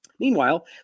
Meanwhile